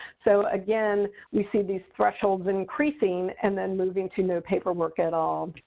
so again, we see these thresholds increasing and then moving to no paperwork at all.